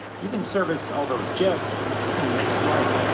even service all those jets in mid-flight.